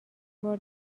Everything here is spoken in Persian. بار